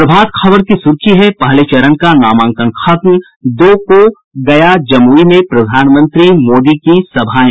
प्रभात खबर की सुर्खी है पहले चरण का नामांकन खत्म दो को गया जमुई में प्रधानमंत्री मोदी की सभाएं